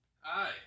Hi